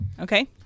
Okay